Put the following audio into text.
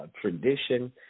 tradition